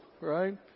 right